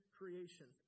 creation